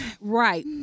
Right